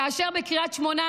כאשר בקריית שמונה,